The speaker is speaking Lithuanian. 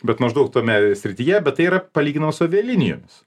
bet maždaug tame srityje bet tai yra palyginama su avialinijomis